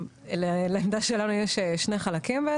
לעמדה שלנו יש שני חלקים.